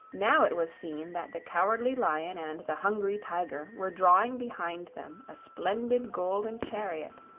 now it was seen that the cowardly lion and the hungry tiger were drawing behind them a splendid golden chariot,